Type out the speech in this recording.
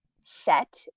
set